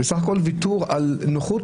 בסך הכל ויתור על יותר נוחות,